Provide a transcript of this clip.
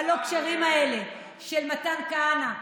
והלא-כשרים האלה של מתן כהנא,